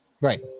Right